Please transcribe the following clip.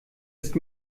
ist